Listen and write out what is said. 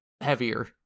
heavier